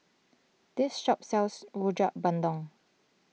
this shop sells Rojak Bandung